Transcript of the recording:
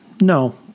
No